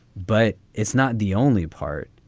but it's not the only part.